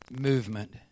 Movement